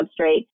substrate